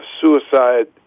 suicide